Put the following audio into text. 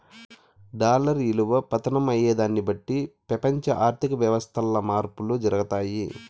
dollar ఇలువ పతనం అయ్యేదాన్ని బట్టి పెపంచ ఆర్థిక వ్యవస్థల్ల మార్పులు జరగతాయి